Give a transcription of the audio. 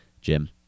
Jim